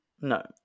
No